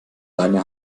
leine